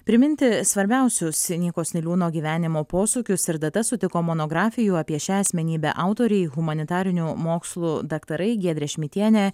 priminti svarbiausius nykos niliūno gyvenimo posūkius ir datas sutiko monografijų apie šią asmenybę autoriai humanitarinių mokslų daktarai giedrė šmitienė